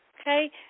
Okay